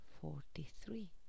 forty-three